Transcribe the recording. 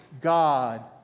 God